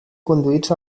conduïts